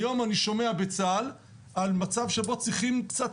היום אני שומע בצה"ל על מצב שבו צריכים קצת